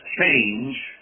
change